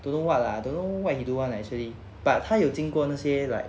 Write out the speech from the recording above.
don't know what lah don't know what he do lah actually but 他有经过那些 like